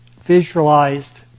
visualized